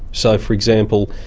so, for example,